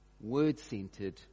word-centered